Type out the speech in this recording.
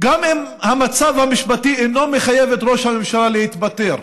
גם אם המצב המשפטי אינו מחייב את ראש הממשלה להתפטר,